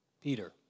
Peter